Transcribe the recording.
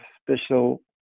special